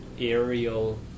aerial